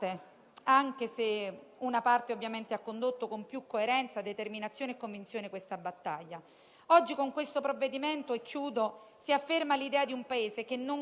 Per quanto riguarda la parte relativa alla Commissione giustizia, il testo di legge che oggi siamo chiamati ad approvare,